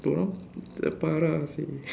dia orang parah seh